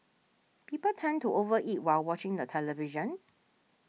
people tend to over eat while watching the television